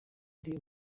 ari